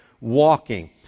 walking